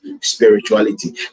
spirituality